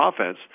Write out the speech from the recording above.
offense